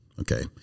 Okay